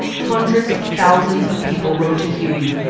hundreds of thousands of people wrote to huey,